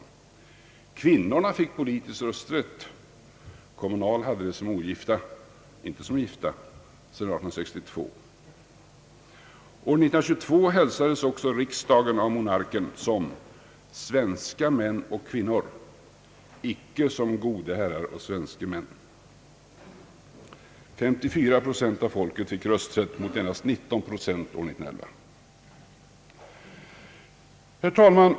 Kvinnorna fick politisk rösträtt — kommunal sådan hade de sedan år 1862 som ogifta men inte som gifta. år 1922 hälsades också riksdagen av monarken som »Svenska män och kvinnor», icke som »Gode herrar och svenske män». 34 procent av folket fick rösträtt mot endast 19 år 1911. Herr talman!